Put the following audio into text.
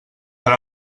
per